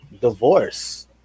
divorce